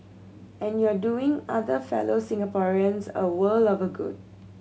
and you're doing other fellow Singaporeans a world of good